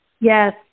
Yes